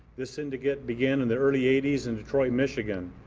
the syndicate began in the early eighty s in detroit michigan.